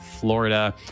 Florida